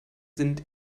sind